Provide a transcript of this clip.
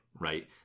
right